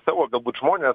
savo galbūt žmones